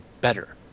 better